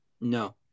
No